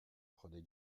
prenez